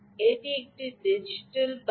এটি একটি ডিজিটাল বাস